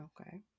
Okay